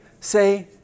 say